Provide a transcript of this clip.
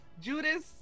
Judas